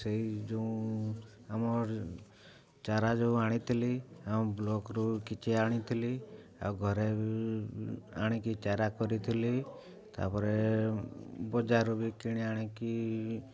ସେଇ ଯେଉଁ ଆମ ଚାରା ଯେଉଁ ଆଣିଥିଲି ଆମ ବ୍ଲକ୍କୁ କିଛି ଆଣିଥିଲି ଆଉ ଘରେ ଆଣିକି ଚାରା କରିଥିଲି ତା'ପରେ ବଜାରରୁ ବି କିଣି ଆଣିକି